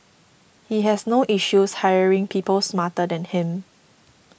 he has no issues hiring people smarter than him